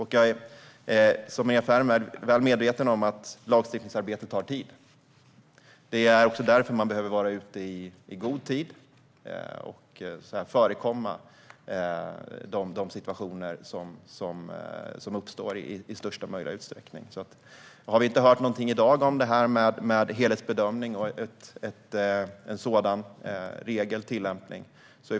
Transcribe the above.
Liksom Maria Ferm är jag väl medveten om att lagstiftningsarbete tar tid. Det är just därför man behöver vara ute i god tid och i största möjliga utsträckning förekomma de situationer som uppstår. Vi har inte hört någonting i dag om helhetsbedömning eller om en sådan regeltillämpning.